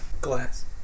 Glass